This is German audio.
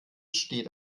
steht